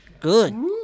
Good